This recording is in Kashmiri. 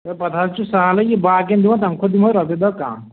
ہے پتہٕ حظ چھُ سہلٕے یہِ باقین دِمو تَمہِ کھۄتہٕ دِمہوے رۄپیہِ دَہ کَم